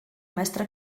mestre